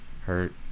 hurt